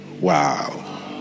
wow